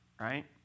right